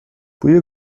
بوی